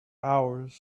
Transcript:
hours